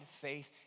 faith